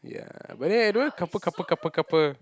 ya but then I don't couple couple couple couple